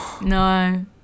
No